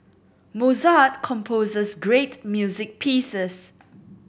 Mozart composes great music pieces